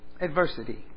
Adversity